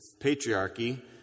patriarchy